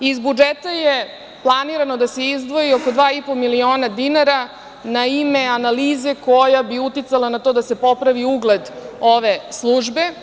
Iz budžeta je planirano da se izdvoji oko 2,5 miliona dinara na ime analize koja bi uticala na to da se popravi ugled ove službe.